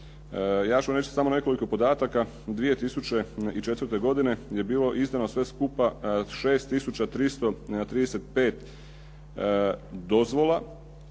ću vam reći samo nekoliko podataka. 2004. godine je bilo izdano sve skupa 6 tisuća 335 dozvola.